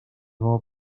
nuevo